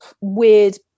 weird